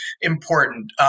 important